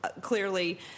clearly